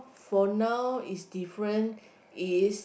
for now is different is